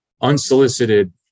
unsolicited